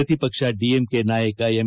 ಪ್ರತಿಪಕ್ಷ ಡಿಎಂಕೆ ನಾಯಕ ಎಂ